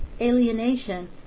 alienation